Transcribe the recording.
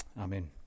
Amen